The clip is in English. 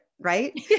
right